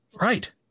Right